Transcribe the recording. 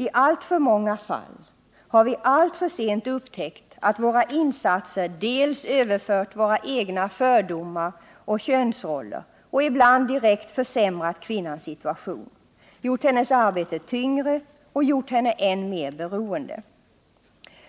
I alltför många fall har vi alltför sent upptäckt att våra insatser överfört våra egna fördomar och könsroller och ibland direkt försämrat kvinnans situation, gjort hennes arbete tyngre och gjort henne än mer beroende.